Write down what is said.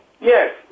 Yes